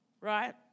Right